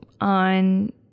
on